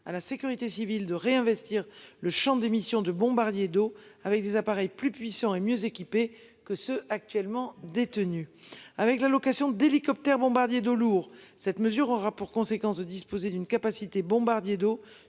à la sécurité civile de réinvestir le Champ d'émission de bombardiers d'eau avec des appareils plus puissants et mieux équipés que ceux actuellement détenus avec la location d'hélicoptères bombardiers d'eau lourds. Cette mesure aura pour conséquence de disposer d'une capacité bombardiers d'eau